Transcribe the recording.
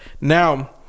Now